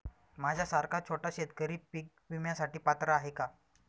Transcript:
माझ्यासारखा छोटा शेतकरी पीक विम्यासाठी पात्र आहे का?